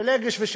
הפילגש.